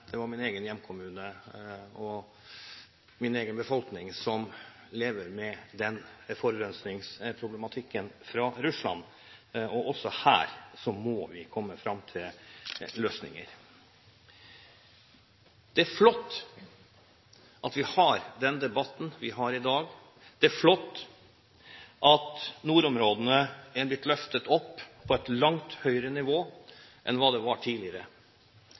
min egen hjemkommune og min egen befolkning som lever med den forurensningsproblematikken fra Russland. Også her må vi komme fram til løsninger. Det er flott at vi har den debatten vi har i dag. Det er flott at nordområdene er blitt løftet opp på et langt høyere nivå enn hva det var tidligere.